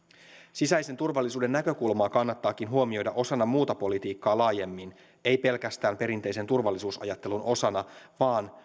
sisäisen turvallisuuden näkökulmaa kannattaakin huomioida osana muuta politiikkaa laajemmin ei pelkästään perinteisen turvallisuusajattelun osana vaan